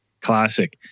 classic